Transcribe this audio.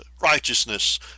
righteousness